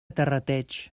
terrateig